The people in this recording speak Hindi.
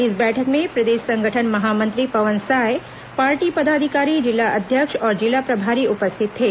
इस बैठक में प्रदेश संगठन महामंत्री पवन साय पार्टी पदाधिकारी जिलाध्यक्ष और जिला प्रभारी उपस्थित थे